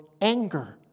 anger